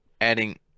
adding